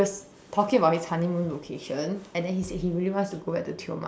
talking about his honeymoon location and then he said he really wants to go back to Tioman